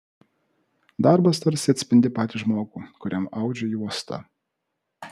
darbas tarsi atspindi patį žmogų kuriam audžiu juostą